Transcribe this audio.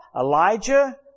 Elijah